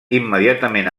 immediatament